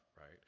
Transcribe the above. right